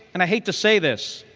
and i hate to say this,